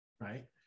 right